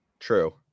True